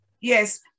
Yes